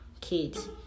kids